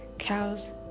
Cows